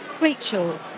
Rachel